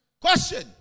Question